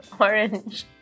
Orange